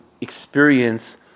experience